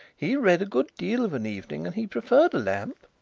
he read a good deal of an evening and he preferred a lamp.